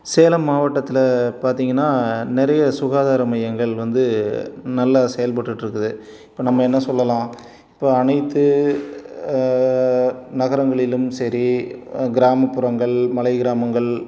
சேலம் மாவட்டத்தில் பார்த்திங்கனா நிறைய சுகாதார மையங்கள் வந்து நல்லா செயல்பட்டுகிட்ருக்குது இப்போ நம்ம என்ன சொல்லலாம் இப்போ அனைத்து நகரங்களிலும் சரி கிராமப்புறங்கள் மலை கிராமங்கள்